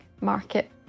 market